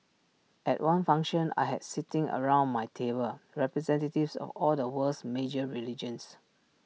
at one function I had sitting around my table representatives of all the world's major religions